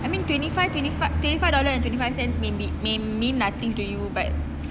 I mean twenty five twenty five twenty five dollar and twenty five cent may be may mean nothing to you but